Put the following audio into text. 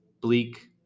bleak